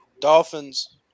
Dolphins